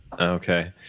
Okay